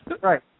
Right